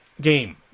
game